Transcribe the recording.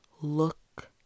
look